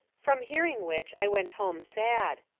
from hearing which, i went home sad.